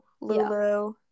Lulu